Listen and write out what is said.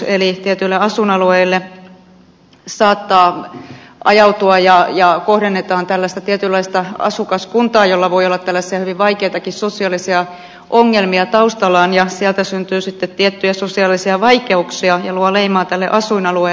eli tietyille asuinalueille saattaa ajautua ja kohdennetaan tietynlaista asukaskuntaa jolla voi olla hyvin vaikeitakin sosiaalisia ongelmia taustallaan ja siellä syntyy sitten tiettyjä sosiaalisia vaikeuksia jotka luovat leimaa tälle asuinalueelle